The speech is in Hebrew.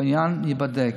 והעניין ייבדק.